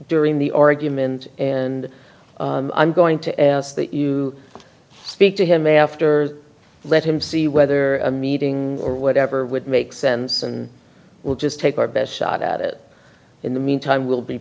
during the argument and i'm going to ask that you speak to him after let him see whether a meeting or whatever would make sense and we'll just take our best shot at it in the meantime we'll be